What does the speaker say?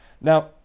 Now